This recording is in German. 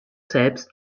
selbst